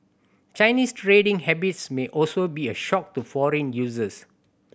Chinese trading habits may also be a shock to foreign users